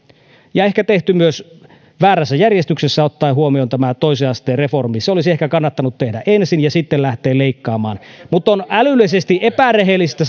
ja ehkä ne on tehty myös väärässä järjestyksessä ottaen huomioon tämän toisen asteen reformin se olisi ehkä kannattanut tehdä ensin ja sitten lähteä leikkaamaan on älyllisesti epärehellistä